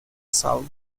sal